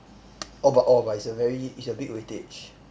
orh but orh but it's a very big it's a big weightage